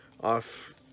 off